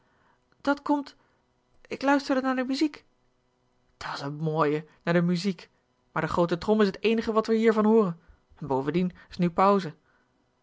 dat komt ik luisterde naar de muziek dat's een mooie naar de muziek maar de groote trom is t eenige wat wij er hier van hooren en bovendien t is nu pauze